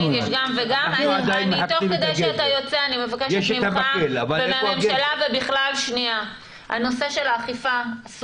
יש את המקל, אבל איפה הגזר?